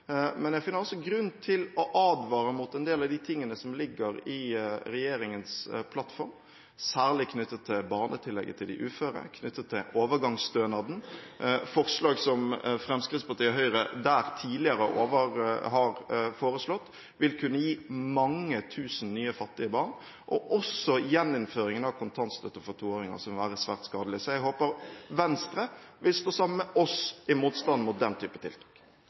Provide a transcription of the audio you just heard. Men jeg finner også grunn til å advare mot en del av de tingene som ligger i regjeringens plattform – særlig knyttet til barnetillegget til de uføre og overgangsstønaden – forslag som Fremskrittspartiet og Høyre tidligere har foreslått, som vil kunne gi mange tusen nye fattige barn, og også gjeninnføringen av kontantstøtte for toåringer, som vil være svært skadelig. Så jeg håper Venstre vil stå sammen med oss i motstanden mot den type tiltak.